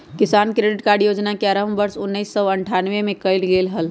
किसान credit card योजना के आरंभ वर्ष उन्नीसौ अठ्ठान्नबे में कइल गैले हल